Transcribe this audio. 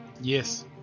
Yes